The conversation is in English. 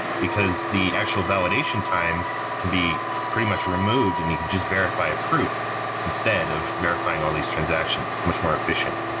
because the actual validation time can be pretty much removed and you could just verify a proof instead of verifying all these transactions much more efficient.